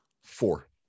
four